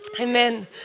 Amen